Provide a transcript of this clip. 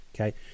okay